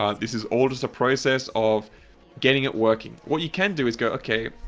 um this is all just a process of getting it working, what you can do is go, okay,